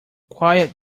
quiet